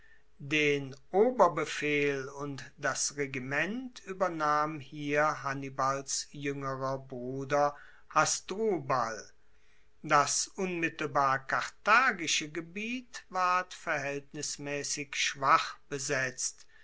den oberbefehl und das regiment uebernahm hier hannibals juengerer bruder hasdrubal das unmittelbar karthagische gebiet ward verhaeltnismaessig schwach besetzt